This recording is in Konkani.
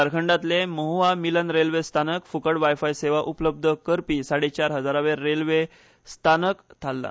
झारखंडातले मह्आ मिलन रेल्वेस्थानक फुकट वायफाय सेवा उपलब्ध करपी साडेपाच हजारावे रेल्वे स्थानक थाल्ला